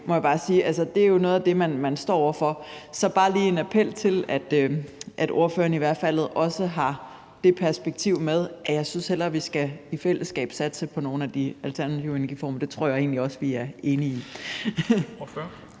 det er jo noget af det, man står over for. Så det er bare lige en appel om, at ordføreren i hvert fald også har det perspektiv med, nemlig at jeg synes, at vi hellere i fællesskab skal satse på nogle af de alternative energiformer. Det tror jeg egentlig også vi er enige om.